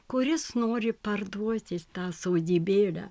kuris nori parduoti tą sodybėlę